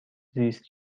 زیست